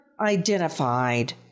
identified